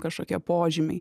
kažkokie požymiai